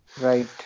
Right